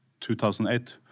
2008